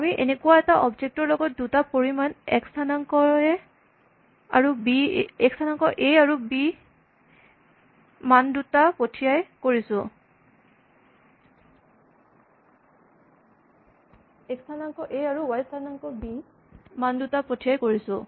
আমি এনেকুৱা এটা অবজেক্ট ৰ লগত দুটা পৰিমাণ এক্স স্হানাংক এ আৰু ৱাই স্হানাংক বি মান দুটা পঠিয়াই কৰিছোঁ